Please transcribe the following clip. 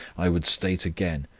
i would state again,